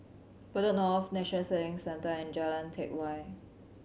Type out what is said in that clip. Bedok North National Sailing Centre and Jalan Teck Whye